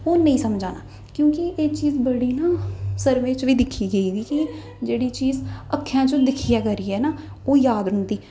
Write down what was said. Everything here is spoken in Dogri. ओह् नेईं समझ आना क्योंकि एह् चीज बड़ी ना सर्वें च बी दिक्खी गेदी ही जेह्ड़ी चीज अक्खें चा दिक्खियै करियै ना ओह् याद रौंह्दी